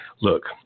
look